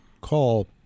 call